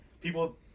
people